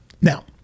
Now